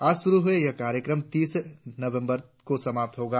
आज शुरु हुआ यह कार्यक्रम तीस नवबंर को समाप्त होगा